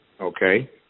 Okay